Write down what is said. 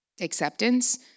acceptance